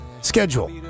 schedule